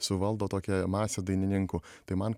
suvaldo tokią masę dainininkų tai man